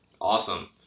Awesome